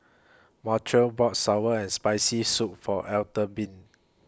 Montrell bought Sour and Spicy Soup For Albertine